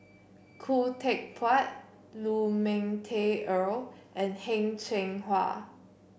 Khoo Teck Puat Lu Ming Teh Earl and Heng Cheng Hwa